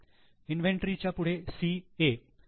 inventory च्या पुढे 'CA' लिहू